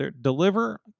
deliver